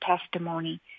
testimony